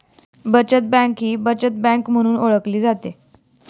बचत बँक ही बचत बँक म्हणून ओळखली जाते